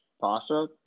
pasta